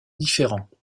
différents